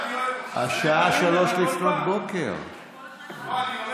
השעה 03:00. אדוני,